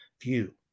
view